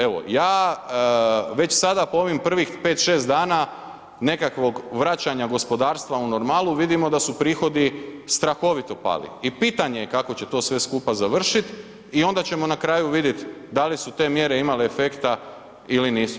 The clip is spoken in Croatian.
Evo, ja već sada po ovih prvih 5, 6 dana nekakvog vraćanja gospodarstva u normalu vidimo da su prihodi strahovito pali i pitanje je kako će to sve skupa završiti i onda ćemo na kraju vidjeti da li su te mjere imale efekta ili nisu.